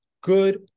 good